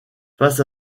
face